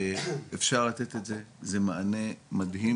אפשר לתת את זה, זה מענה מדהים.